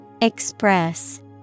Express